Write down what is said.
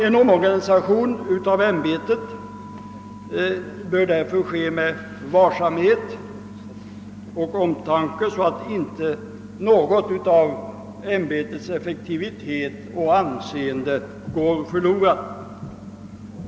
En omorganisation av ämbetet bör därför ske med varsamhet och omtanke, så att inte något av ämbetets effektivitet och anseende går förlorat.